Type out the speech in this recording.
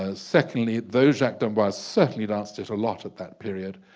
ah secondly those jacques d'amboise certainly danced it a lot at that period